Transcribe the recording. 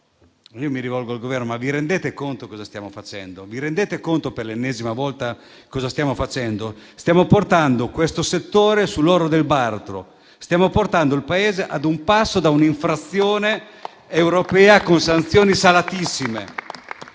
Mi rivolgo al Governo: vi rendete conto di che cosa stiamo facendo? Vi rendete conto che per l'ennesima volta stiamo portando questo settore sull'orlo del baratro, che stiamo portando il Paese ad un passo da un'infrazione europea con sanzioni salatissime